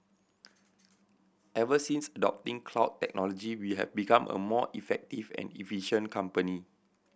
ever since adopting cloud technology we have become a more effective and efficient company